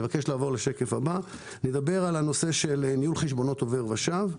נדבר על ניהול חשבונות עובר ושב.